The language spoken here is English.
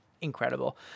incredible